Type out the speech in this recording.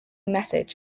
message